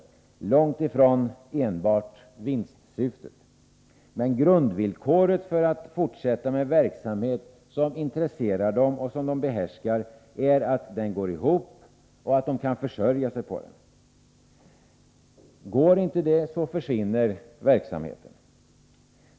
Företagarna skulle långt ifrån enbart tala om vinstsyftet, men grundvillkoret för att fortsätta med en verksamhet som intresserar dem och som de behärskar är att den går ihop, att de kan försörja sig på den. Uppfylls inte det villkoret, försvinner verksamheten.